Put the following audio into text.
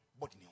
body